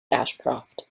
ashcroft